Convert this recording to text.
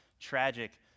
tragic